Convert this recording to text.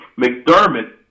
McDermott